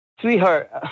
sweetheart